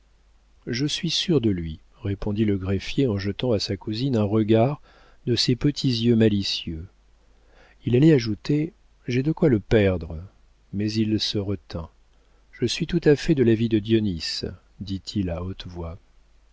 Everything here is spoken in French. je suis sûr de lui répondit le greffier en jetant à sa cousine un regard de ses petits yeux malicieux il allait ajouter j'ai de quoi le perdre mais il se retint je suis tout à fait de l'avis de dionis dit-il à haute voix